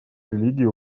религии